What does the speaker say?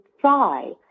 try